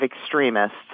extremists